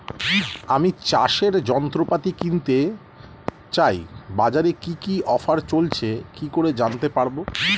আমি চাষের যন্ত্রপাতি কিনতে চাই বাজারে কি কি অফার চলছে কি করে জানতে পারবো?